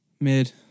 Mid